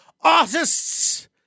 Artists